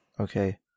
Okay